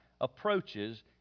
approaches